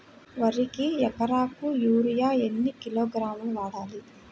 వరికి ఎకరాకు యూరియా ఎన్ని కిలోగ్రాములు వాడాలి?